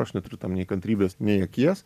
aš neturiu tam nei kantrybės nei akies